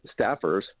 staffers